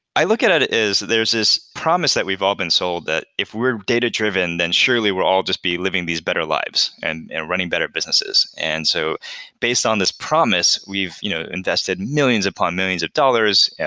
i look at at it as there's this promise that we've all been sold that if we're data driven, then surely we're all just be living these better lives and and running better businesses. and so based on this promise, we've you know invested millions upon millions of dollars,